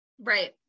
Right